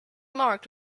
marked